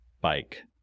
bike